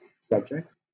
subjects